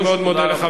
אני מאוד מודה לך,